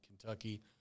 Kentucky